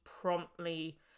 promptly